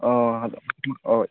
ꯑꯧ ꯍꯣꯏ